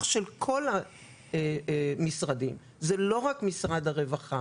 של כל המשרדים וזה לא רק משרד הרווחה,